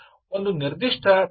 ಒಂದು ನಿರ್ದಿಷ್ಟ ಪಿ